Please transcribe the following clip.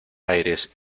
aires